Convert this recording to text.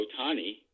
Otani